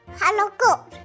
Hello